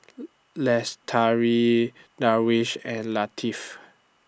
Lestari Darwish and Latif